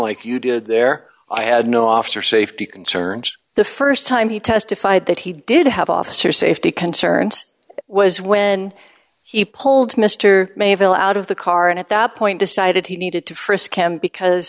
like you did there i had no officer safety concerns the st time he testified that he did have officer safety concerns was when he pulled mr mayville out of the car and at that point decided he needed to frisk him because